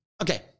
Okay